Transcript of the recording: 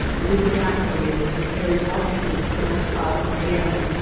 it is evaporated and carried up to its parent cloud again.